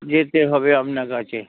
যেতে হবে আপনার কাছে